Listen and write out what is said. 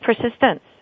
persistence